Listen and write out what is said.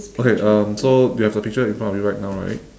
okay um so you have the picture in front of you right now right